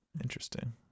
Interesting